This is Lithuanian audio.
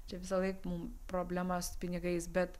čia visąlaik mum problemos su pinigais bet